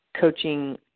coaching